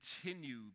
continue